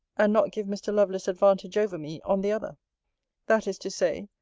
and not give mr. lovelace advantage over me, on the other that is to say,